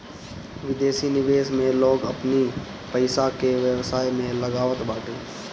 विदेशी निवेश में लोग अपनी पईसा के व्यवसाय में लगावत बाटे